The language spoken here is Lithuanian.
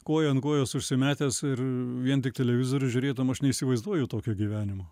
koją ant kojos užsimetęs ir vien tik televizorių žiūrėtum aš neįsivaizduoju tokio gyvenimo